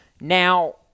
now